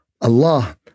Allah